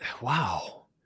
wow